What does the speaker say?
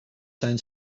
zijn